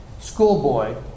schoolboy